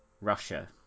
Russia